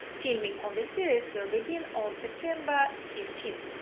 filming of the series will begin on september fifteen.